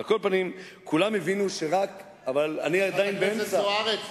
על כל פנים, חברת הכנסת זוארץ,